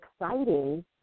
exciting